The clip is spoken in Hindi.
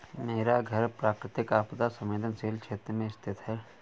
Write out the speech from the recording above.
मेरा घर प्राकृतिक आपदा संवेदनशील क्षेत्र में स्थित है